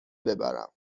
ببرم